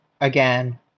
again